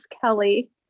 Kelly